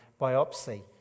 biopsy